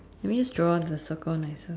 can we just draw the circle nicer